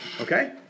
Okay